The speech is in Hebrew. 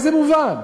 באיזה מובן?